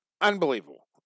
Unbelievable